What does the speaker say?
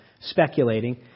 speculating